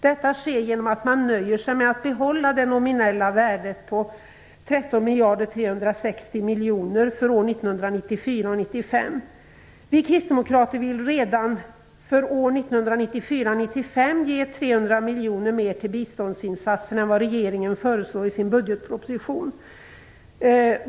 Detta sker genom att man nöjer sig med att behålla det nominella värdet på 13 360 miljoner kronor för år 1994 95 ge 300 miljoner mer till biståndsinsatser än vad regeringen föreslår i sin budgetproposition.